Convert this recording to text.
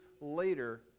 later